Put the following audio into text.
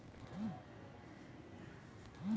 जनन कैसे होता है बताएँ?